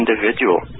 individual